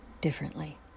differently